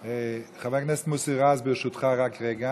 חבר הכנסת מוסי רז, ברשותך, רק רגע.